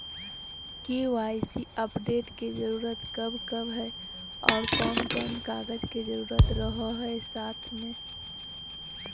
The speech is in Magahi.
के.वाई.सी अपडेट के जरूरत कब कब है और कौन कौन कागज के जरूरत रहो है साथ में?